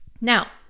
Now